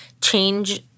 change